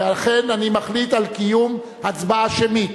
ולכן, אני מחליט על קיום הצבעה שמית.